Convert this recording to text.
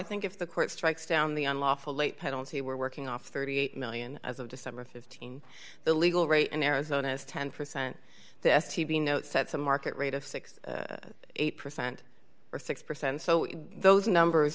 think if the court strikes down the unlawful late penalty we're working off thirty eight million as of december th the legal rate in arizona is ten percent this t v note sets a market rate of sixty eight percent or six percent so those numbers